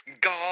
God